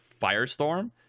firestorm